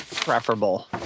preferable